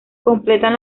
completan